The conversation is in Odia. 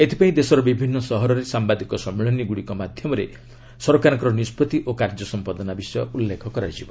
ଏଥିପାଇଁ ଦେଶର ବିଭିନ୍ନ ସହରରେ ସାମ୍ବାଦିକ ସମ୍ମିଳନୀଗୁଡ଼ିକ ମାଧ୍ୟମରେ ସରକାରଙ୍କ ନିଷ୍ପଭି ଓ କାର୍ଯ୍ୟସମ୍ପାଦନା ବିଷୟରେ ଉଲ୍ଲେଖ କରାଯିବ